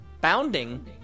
bounding